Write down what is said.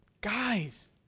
Guys